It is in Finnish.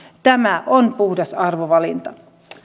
tämä on puhdas arvovalinta